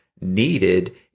needed